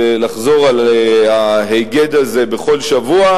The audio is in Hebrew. ולחזור על ההיגד הזה בכל שבוע.